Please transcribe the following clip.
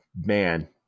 man